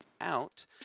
out